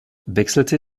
wechselte